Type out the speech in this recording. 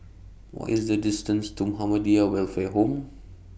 What IS The distance to Muhammadiyah Welfare Home